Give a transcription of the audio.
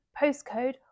postcode